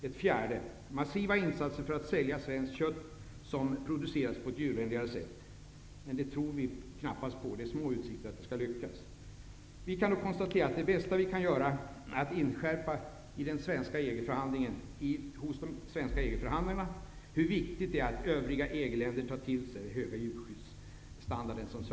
Ett fjärde är massiva insatser för att sälja svenskt kött som har producerats på ett djurvänligt sätt. Men där är utsikterna små att lyckas. Det bästa vi kan göra är att inskärpa hos de svenska EG-förhandlarna hur viktigt det är att övriga EG länder tar intryck av den höga djurskyddsstandard Sverige har.